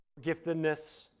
giftedness